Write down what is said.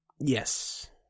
Yes